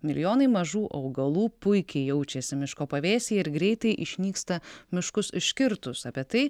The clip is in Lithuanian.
milijonai mažų augalų puikiai jaučiasi miško pavėsyje ir greitai išnyksta miškus iškirtus apie tai